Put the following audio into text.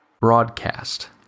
broadcast